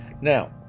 Now